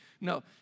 No